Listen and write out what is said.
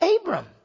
Abram